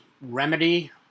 remedy